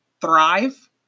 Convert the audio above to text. thrive